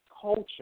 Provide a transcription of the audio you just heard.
culture